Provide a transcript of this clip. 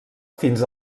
fins